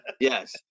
Yes